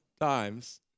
times